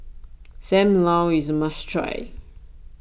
Sam Lau is a must try